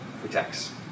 protects